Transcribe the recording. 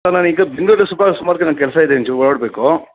sir ನಾನೀಗ ಬೆಂಗ್ಳೂರಲ್ಲಿ ಸುಲ್ಪ ಸುಮಾರು ನನಗೆ ಕೆಲಸ ಇದೆ ಒಂಚೂರು ಹೊರಡಬೇಕು